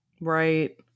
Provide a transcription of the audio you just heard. right